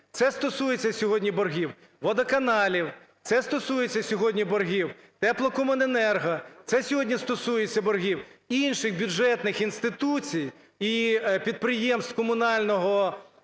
Це стосується сьогодні боргів водоканалів. Це стосується сьогодні боргів теплокомуненерго. Це сьогодні стосується боргів інших бюджетних інституцій і підприємств комунального сектору,